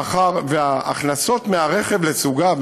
מאחר שההכנסות מהרכב לסוגיו,